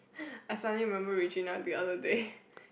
I suddenly remember Regina the other day